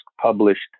published